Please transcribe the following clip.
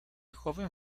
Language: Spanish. joven